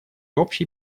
общей